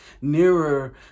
nearer